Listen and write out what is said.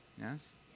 Yes